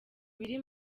biri